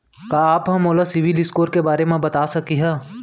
का आप हा मोला सिविल स्कोर के बारे मा बता सकिहा?